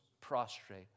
prostrate